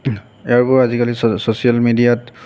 ইয়াৰ উপৰিও আজিকালি ছ'চিয়েল মেডিয়াত